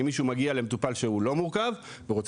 אם מישהו מגיע למטופל שהוא לא מורכב ורוצה